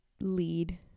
lead